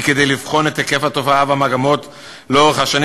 היא לבחון את היקף התופעה ואת המגמות לאורך השנים,